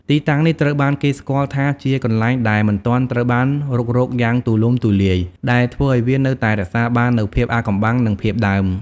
ទីតាំងនេះត្រូវបានគេស្គាល់ថាជាកន្លែងដែលមិនទាន់ត្រូវបានរុករកយ៉ាងទូលំទូលាយ ដែលធ្វើឲ្យវានៅតែរក្សាបាននូវភាពអាថ៌កំបាំង និងភាពដើម។